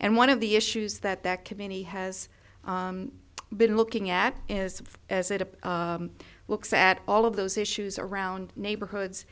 and one of the issues that that committee has been looking at is as a looks at all of those issues around neighborhoods